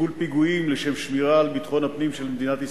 לסיכול פיגועים לשם שמירה על ביטחון הפנים של מדינת ישראל,